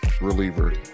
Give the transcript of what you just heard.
reliever